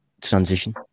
transition